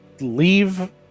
leave